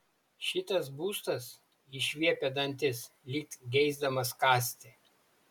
šitas būstas išviepia dantis lyg geisdamas kąsti